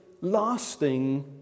lasting